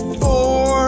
four